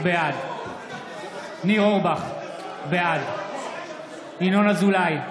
בעד ניר אורבך, בעד ינון אזולאי,